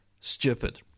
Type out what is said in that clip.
stupid